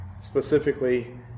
specifically